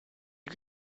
you